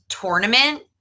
tournament